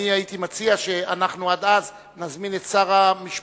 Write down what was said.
אני הייתי מציע שעד אז נזמין את שר המשפטים,